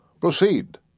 Proceed